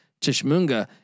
Tishmunga